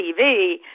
TV